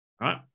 Right